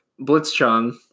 Blitzchung